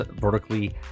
vertically